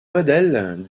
modèle